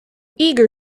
eager